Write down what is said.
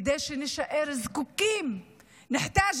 כדי שנישאר זקוקים (אומרת בערבית: נזדקק